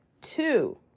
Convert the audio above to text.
Two